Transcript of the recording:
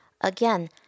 again